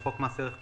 בחוק מס ערך מוסף,